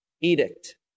edict